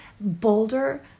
bolder